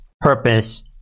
purpose